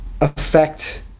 affect